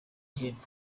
gihembo